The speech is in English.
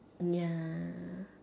ya